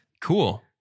Cool